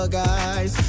guys